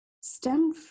stem